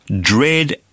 Dread